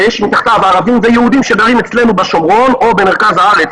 שיש מתחתיו ערבים ויהודים שגרים אצלנו בשומרון או במרכז הארץ,